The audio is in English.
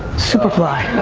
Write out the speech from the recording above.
superfly.